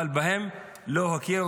אבל בהם לא הכירו,